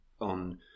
on